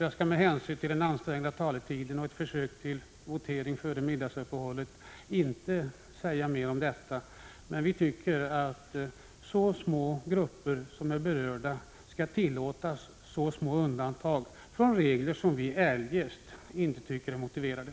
Jag skall med hänsyn till den ansträngda taletiden och önskemålet om votering före middagsuppehållet inte säga mer om detta, men vi reservanter tycker att så små grupper som är berörda skall tillåtas så små undantag från regler som eljest är motiverade.